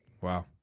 Wow